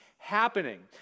happening